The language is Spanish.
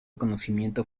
conocimiento